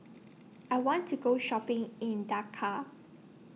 I want to Go Shopping in Dhaka